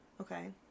Okay